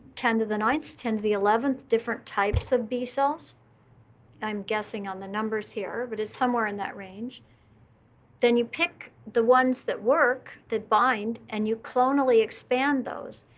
ten to the ninth, ten to the eleventh different types of b cells i'm guessing on the numbers here, but it's somewhere in that range then you pick the ones that work, that bind, and you clonally expand those.